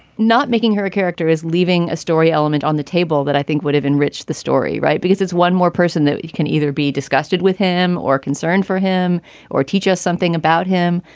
not making her a character is leaving a story element on the table that i think would have enriched the story. right. because it's one more person that you can either be disgusted with him or concerned for him or teach us something about him.